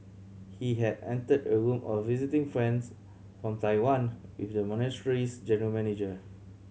he had entered a room a visiting friends from Taiwan with the monastery's general manager